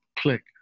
click